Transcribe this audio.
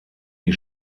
die